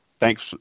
Thanks